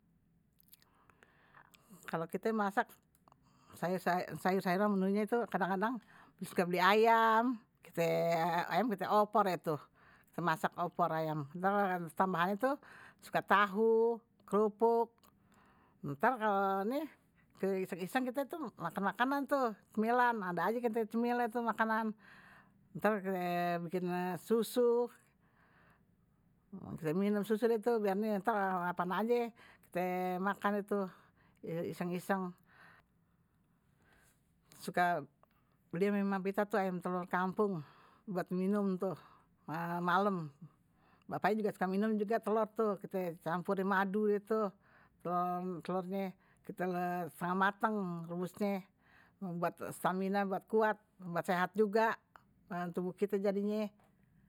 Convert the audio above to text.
Kalo kite masak sayur-sayur menunya itu kadang-kadang suka beli ayam ayam kite opor itu kite masak opor ayam ntar tambahan itu suka tahu, krupuk ntar kalo ini kisah-kisah kita makan-makan tuh kemilan, ada aja kita kemilan itu makanan ntar kita bikin susu kita minum susu deh itu biar ntar apaan aje, kita makan itu iseng-iseng suka beli ama mama vita tuh ayam telur kampung buat minum tuh malem bapaknye juga suka minum juga telur tuh kite campurin madu itu telurnya kite setengah matang rebusnya buat stamina, buat kuat, buat sehat juga tubuh kite jadinya.